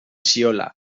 ziola